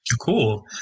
Cool